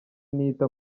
ntiyita